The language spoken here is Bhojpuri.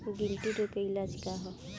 गिल्टी रोग के इलाज का ह?